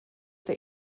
der